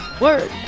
word